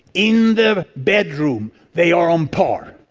in the bedroom they are on par,